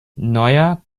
neuer